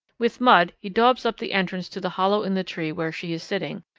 with mud he daubs up the entrance to the hollow in the tree where she is sitting,